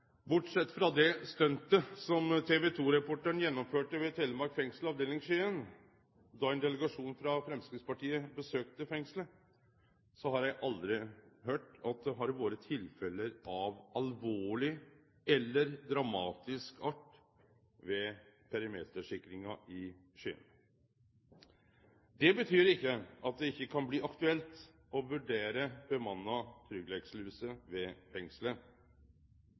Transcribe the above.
Bortsett frå det stuntet som TV 2-reporteren gjennomførde ved Telemark fengsel, Skien avdeling då ein delegasjon frå Framstegspartiet besøkte fengselet, har eg aldri høyrt at det har vore tilfelle av alvorleg eller dramatisk art ved perimetersikringa i Skien. Det betyr ikkje at det ikkje kan bli aktuelt å vurdere bemanna tryggleikssluse ved